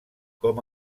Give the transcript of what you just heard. com